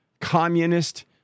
communist